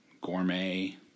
gourmet